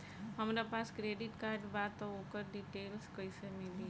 हमरा पास credit card बा त ओकर डिटेल्स कइसे मिली?